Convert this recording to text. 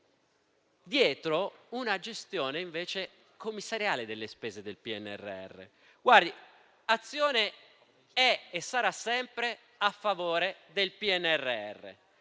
vi sia una gestione commissariale delle spese del PNRR. Azione è e sarà sempre a favore del PNRR.